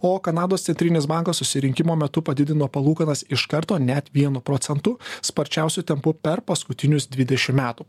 o kanados centrinis bankas susirinkimo metu padidino palūkanas iš karto net vienu procentu sparčiausiu tempu per paskutinius dvidešim metų